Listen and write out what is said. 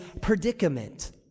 predicament